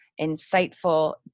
insightful